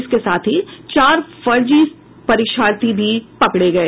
इसके साथ ही चार फर्जी परीक्षार्थी भी पकड़े गये